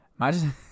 Imagine